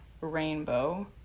Rainbow